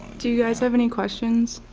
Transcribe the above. do you guys have any questions?